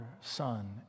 Son